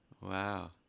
Wow